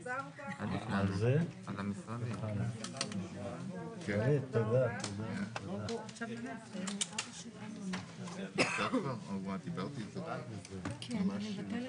13:58.